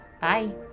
Bye